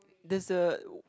this a